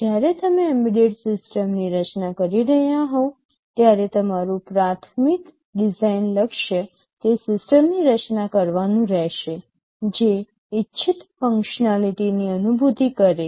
જ્યારે તમે એમ્બેડેડ સિસ્ટમની રચના કરી રહ્યા હોવ ત્યારે તમારું પ્રાથમિક ડિઝાઇન લક્ષ્ય તે સિસ્ટમની રચના કરવાનું રહેશે જે ઇચ્છિત ફંક્સનાલીટી ની અનુભૂતિ કરે